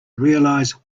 realize